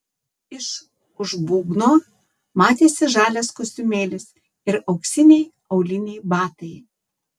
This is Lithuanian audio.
iš už būgno matėsi žalias kostiumėlis ir auksiniai auliniai batai